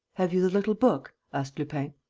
have you the little book? asked lupin.